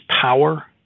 power